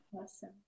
awesome